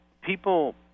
people